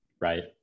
right